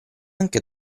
anche